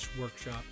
workshop